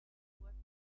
geburten